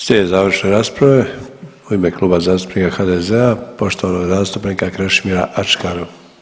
Slijede završne rasprave u ime Kluba zastupnika HDZ-a poštovanog zastupnika Krešimira Ačkara.